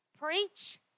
Preach